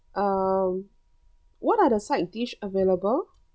um what are the side dish available